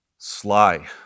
Sly